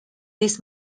this